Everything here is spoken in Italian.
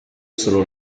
sono